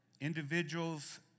individuals